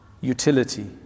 Utility